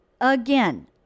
again